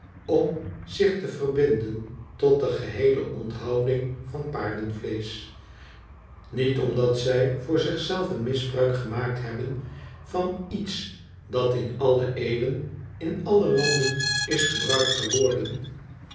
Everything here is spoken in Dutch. om zich te verbinden tot de geheele onthouding van paardenvleesch niet omdat zij voor zich zelven misbruik gemaakt hebben van iets dat in alle eeuwen in alle landen is gebruikt geworden